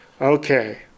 Okay